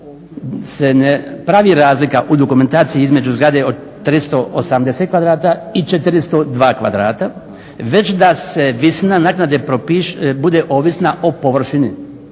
se ne pravi razlika u dokumentaciji između zgrade od 380 kvadrata i 402 kvadrata već da se visina naknade bude ovisna o površini.